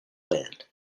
band